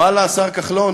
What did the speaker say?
ואללה, השר כחלון?